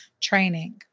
training